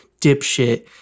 dipshit